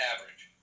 Average